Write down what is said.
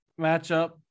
matchup